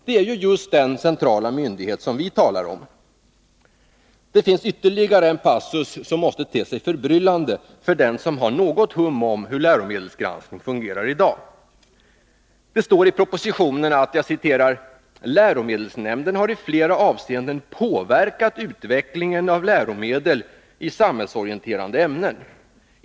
Det är ju just den centrala myndighet som vi talar om! Det finns ytterligare en passus, som måste te sig förbryllande för den som har något hum om hur läromedelsgranskningen fungerar i dag. Det står i propositionen att ”läromedelsnämnden har i flera avseenden påverkat utvecklingen av läromedel i samhällsorienterande ämnen.